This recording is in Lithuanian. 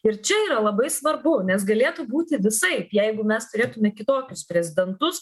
ir čia yra labai svarbu nes galėtų būti visaip jeigu mes turėtume kitokius prezidentus